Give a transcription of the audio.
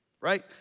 right